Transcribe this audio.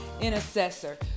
intercessor